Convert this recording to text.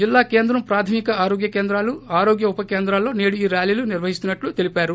జిల్లా కేంద్రం ప్రాథమిక ఆరోగ్య కేంద్రాలు ఆరోగ్య ఉప కేంద్రాల్లో నేడు ఈ ర్యాలీలు నిర్వహిస్తున్నట్లు తెలిపారు